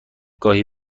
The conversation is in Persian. گاهی